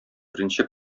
беренче